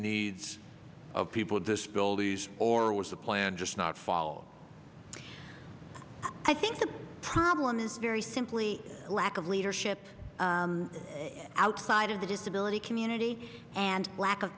needs of people in this building or was the plan just not fall i think the problem is very simply lack of leadership outside of the disability community and lack of